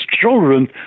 children